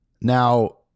Now